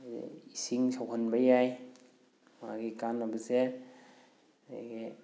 ꯑꯗꯩ ꯏꯁꯤꯡ ꯁꯧꯍꯟꯕ ꯌꯥꯏ ꯃꯥꯒꯤ ꯀꯥꯟꯅꯕꯁꯦ ꯑꯗꯒꯤ